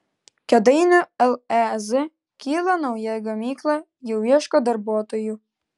kėdainių lez kyla nauja gamykla jau ieško darbuotojų